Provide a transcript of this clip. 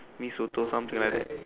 mee soto something like that